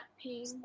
pain